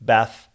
Beth